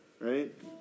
right